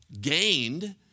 gained